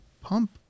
pump